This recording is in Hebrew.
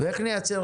ואיך נייצר